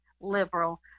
liberal